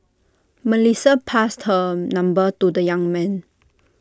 Melissa passed her number to the young man